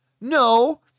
No